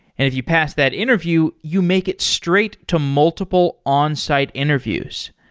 if you pass that interview, you make it straight to multiple onsite interviews.